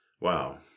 Wow